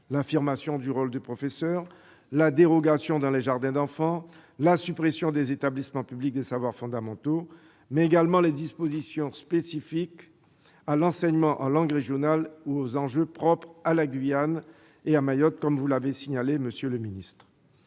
l'affirmation du rôle du professeur, la dérogation en faveur des jardins d'enfants, la suppression des établissements publics des savoirs fondamentaux, mais également les dispositions spécifiques à l'enseignement en langue régionale ou aux enjeux propres à la Guyane et à Mayotte, ainsi que vous l'avez signalé, monsieur le ministre.